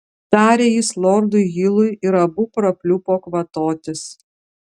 tarė jis lordui hilui ir abu prapliupo kvatotis